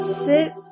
sit